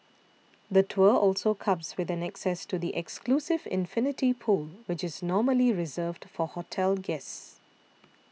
the tour also comes with an access to the exclusive infinity pool which is normally reserved for hotel guests